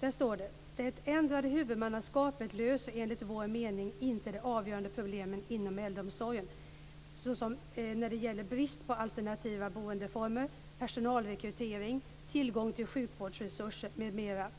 Där står det: "Det ändrade huvudmannaskapet löser enligt utskottets mening de avgörande problemen inom äldreomsorgen såsom bristen på alternativa boendeformer, personalrekrytering, tillgång till sjukvårdsresurser m.m."